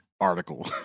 article